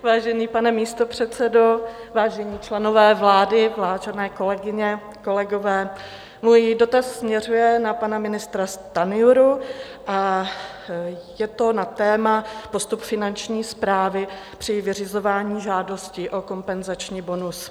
Vážený pane místopředsedo, vážení členové vlády, kolegyně, kolegové, můj dotaz směřuje na pana ministra Stanjuru a je to na téma postup Finanční správy při vyřizování žádosti o kompenzační bonus.